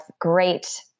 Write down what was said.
great